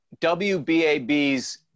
WBAB's